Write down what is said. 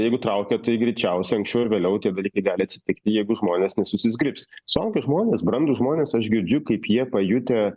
jeigu traukia tai greičiausia anksčiau ar vėliau tie dalykai gali atsitikti jeigu žmonės nesusizgribs suaugę žmonės brandūs žmonės aš girdžiu kaip jie pajutę